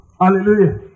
hallelujah